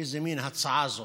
איזו מין הצעה זאת.